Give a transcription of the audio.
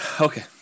okay